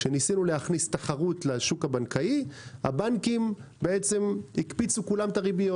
כשניסינו להכניס תחרות לשוק הבנקאי הבנקאים הקפיצו את הריביות.